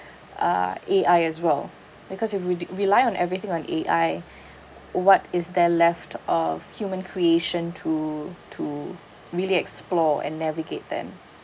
uh A_I as well because you already rely on everything on A_I what is there left of human creation to to really explore and navigate then